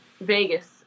vegas